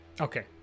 Okay